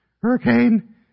Hurricane